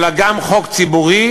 אלא גם חוק ציבורי,